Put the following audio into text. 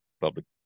public